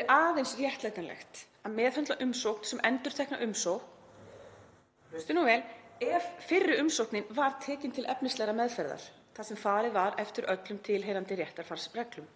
er aðeins réttlætanlegt að meðhöndla umsókn sem endurtekna umsókn“ — og hlustið nú vel — „ef fyrri umsóknin var tekin til efnislegrar meðferðar, þar sem farið var eftir öllum tilheyrandi réttarfarsreglum.“